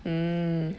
mm